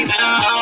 now